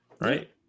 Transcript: Right